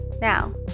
Now